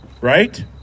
right